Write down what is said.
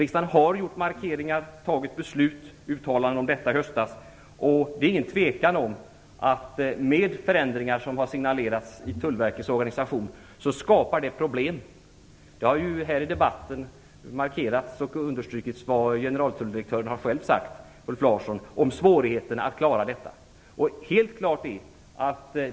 Riksdagen har gjort markeringar, fattat beslut och gjorde uttalanden om detta i höstas. Det är ingen tvekan om att de förändringar som har signalerats i Tullverkets organisation skapar problem. Det har här i debatten markerats och understrukits vad generaltulldirektören Ulf Larsson själv har sagt om svårigheterna att klara detta.